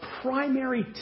primary